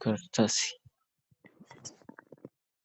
karatasi.